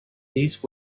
these